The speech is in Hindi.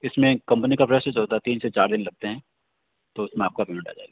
इसमें कंपनी का प्रोसेस चलता है तीन से चार दिन लगते हैं तो उसमें आपका पेमेंट आ जाएगा